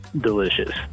delicious